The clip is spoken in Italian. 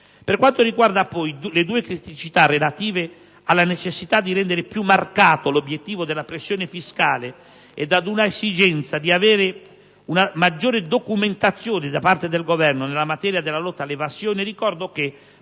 Per quanto riguarda poi le due criticità relative alla necessità di rendere più marcato l'obiettivo della pressione fiscale e ad un'esigenza di avere una maggiore documentazione da parte del Governo nella materia della lotta all'evasione, ricordo che,